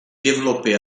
développé